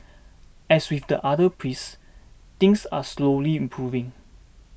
as with the other pries things are slowly improving